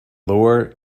lower